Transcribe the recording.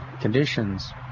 conditions